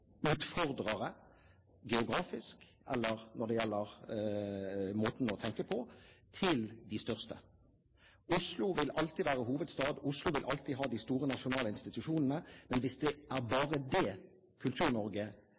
utfordrere geografisk eller når det gjelder måten de største tenker på. Oslo vil alltid være hovedstad. Oslo vil alltid ha de store nasjonale institusjonene. Men hvis det er